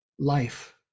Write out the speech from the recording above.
life